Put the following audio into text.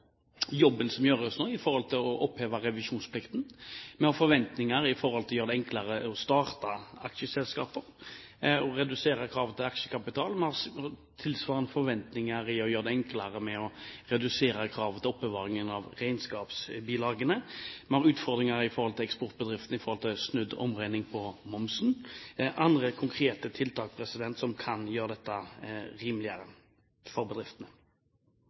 jobben som gjøres nå i forhold til å oppheve revisjonsplikten. Vi har forventninger til å gjøre det enklere å starte aksjeselskaper og å redusere kravet til aksjekapital, vi har tilsvarende forventninger til å gjøre det enklere med å redusere kravet til oppbevaring av regnskapsbilagene, man har utfordringer i forhold til eksportbedriftene når det gjelder snudd omdreining på momsen – og andre konkrete tiltak som kan gjøre dette rimeligere for bedriftene.